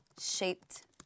shaped